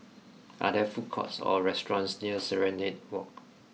are there food courts or restaurants near Serenade Walk